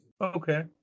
Okay